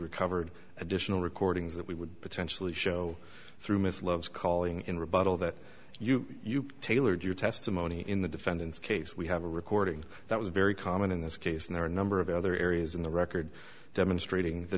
recovered additional recordings that we would potentially show through ms love's calling in rebuttal that you tailored your testimony in the defendant's case we have a recording that was very common in this case and there are a number of other areas in the record demonstrating the